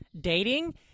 dating